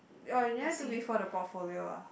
oh you never do before the portfolio ah